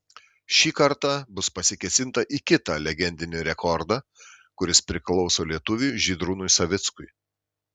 šį kartą bus pasikėsinta į kitą legendinį rekordą kuris priklauso lietuviui žydrūnui savickui